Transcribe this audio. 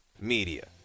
media